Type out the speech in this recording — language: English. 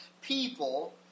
people—